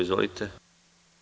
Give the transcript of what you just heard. Izvolite.